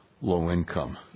low-income